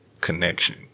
connection